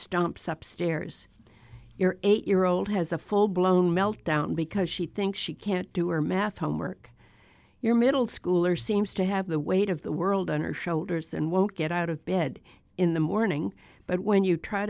stumps upstairs your eight year old has a full blown meltdown because she thinks she can't do or math homework your middle schooler seems to have the weight of the world on her shoulders and won't get out of bed in the morning but when you try